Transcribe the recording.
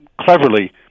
cleverly